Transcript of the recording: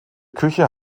küche